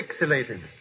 pixelated